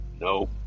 No